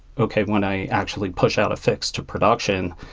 okay. when i actually push out a fix to production,